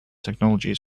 technologies